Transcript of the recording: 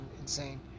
insane